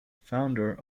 founder